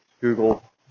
Google